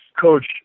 Coach